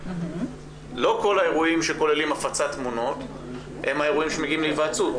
לא כל האירועים שכוללים הפצת תמונות הם האירועים שמגיעים להיוועצות.